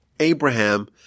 Abraham